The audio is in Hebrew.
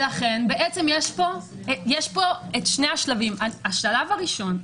ולכן יש פה את שני השלבים: השלב הראשון,